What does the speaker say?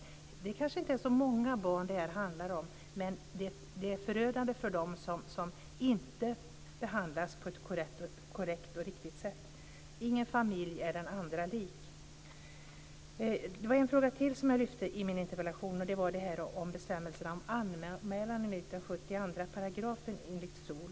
Det handlar kanske inte om så många barn, men för dem som inte behandlas på ett korrekt och riktigt sätt är konsekvenserna förödande. Ingen familj är den andra lik. Jag lyfte i min interpellation fram en fråga till, nämligen bestämmelserna om anmälan enligt 71 § SoL.